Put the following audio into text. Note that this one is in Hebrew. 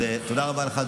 אז תודה רבה לך,